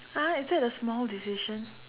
!huh! is that a small decision